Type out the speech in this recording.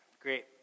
Great